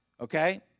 Okay